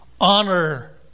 honor